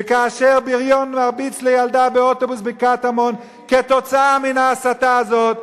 וכאשר בריון מרביץ לילדה באוטובוס בקטמון כתוצאה מן ההסתה הזאת,